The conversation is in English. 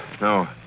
no